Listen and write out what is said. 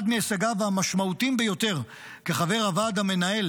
אחד מהישגיו המשמעותיים ביותר כחבר הוועד המנהל